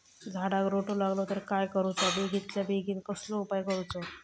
झाडाक रोटो लागलो तर काय करुचा बेगितल्या बेगीन कसलो उपाय करूचो?